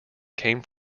came